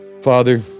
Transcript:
Father